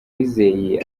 wizeye